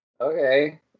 Okay